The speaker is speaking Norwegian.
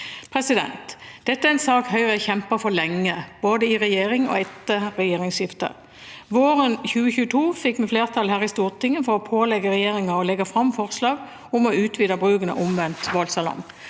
Dette er en sak Høyre har kjempet for lenge både i regjering og etter regjeringsskiftet. Våren 2022 fikk vi flertall her i Stortinget for å pålegge regjeringen å legge fram forslag om å utvide bruken av omvendt voldsalarm.